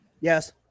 Yes